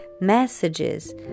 messages